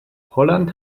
holland